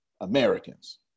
Americans